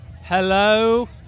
hello